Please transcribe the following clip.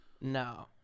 No